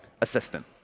assistant